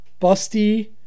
Busty